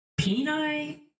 Peni